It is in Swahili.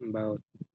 ambao.